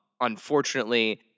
Unfortunately